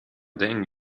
dan